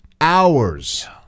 hours